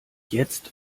jetzt